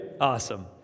Awesome